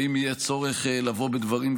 ואם יהיה צורך לבוא בדברים,